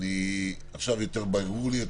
עכשיו יותר ברור לי,